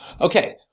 Okay